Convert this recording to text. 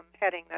heading